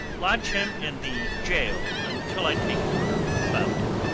lodge him in the gaol until i take order about him.